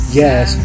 yes